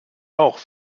auch